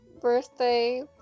birthday